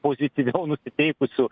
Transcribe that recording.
pozityviau nusiteikusių